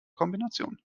kombination